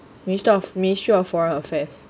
minister of ministry of foreign affairs